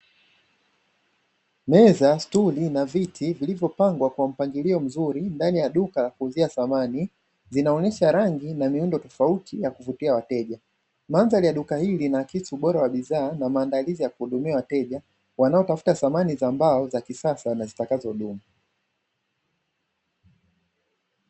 Meza, stuli na viti vilivyopangwa kwa mpangilio mzuri ndani ya duka la kuuzia samani, zinaonesha rangi na miundo tofauti ya kuvutia wateja, mandhari ya duka jili inaakisi ubora wa bidhaa na maandalizi ya kuhudumia wateja wanaotafuta samani za mbao za kisasa na zitakazodumu.